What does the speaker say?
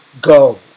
go